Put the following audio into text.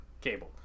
cable